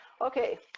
Okay